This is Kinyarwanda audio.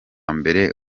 mbere